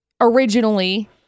originally